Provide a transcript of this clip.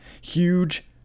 huge